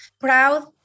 proud